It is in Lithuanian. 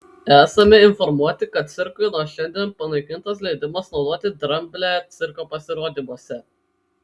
esame informuoti kad cirkui nuo šiandien panaikintas leidimas naudoti dramblę cirko pasirodymuose